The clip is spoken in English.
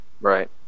Right